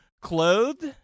clothed